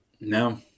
no